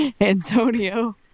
Antonio